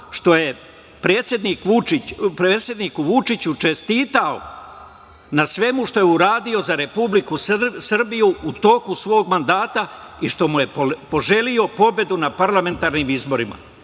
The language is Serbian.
što je predsedniku Vučiću čestitao na svemu što je uradio za Republiku Srbiju u toku svog mandata i što mu je poželeo pobedu na parlamentarnim izborima. Da